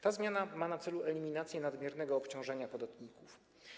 Ta zmiana ma na celu eliminację nadmiernego obciążenia podatników.